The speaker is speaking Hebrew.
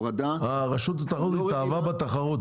הרשות לתחרות התאהבה בתחרות,